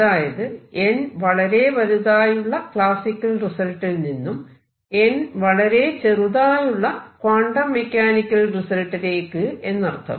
അതായത് n വളരെ വലുതായുള്ള ക്ലാസിക്കൽ റിസൾട്ടിൽ നിന്നും n വളരെ ചെറുതായുള്ള ക്വാണ്ടം മെക്കാനിക്കൽ റിസൾട്ടിലേക്ക് എന്നർത്ഥം